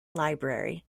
library